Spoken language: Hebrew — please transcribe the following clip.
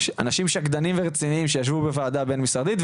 אנשים שקדנים ורציניים שישבו בוועדה בין-משרדית,